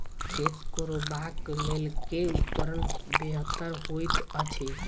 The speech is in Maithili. खेत कोरबाक लेल केँ उपकरण बेहतर होइत अछि?